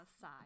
side